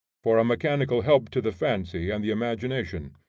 for a mechanical help to the fancy and the imagination.